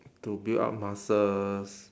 to build up muscles